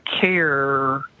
care